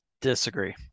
Disagree